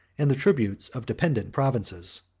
and the tributes of dependent provinces.